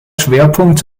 schwerpunkt